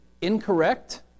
incorrect